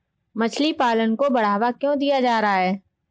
मछली पालन को बढ़ावा क्यों दिया जा रहा है?